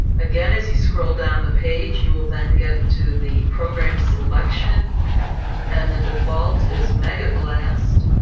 again, as you scroll down the page you will then get to the program selection and the default is megablast.